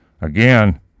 Again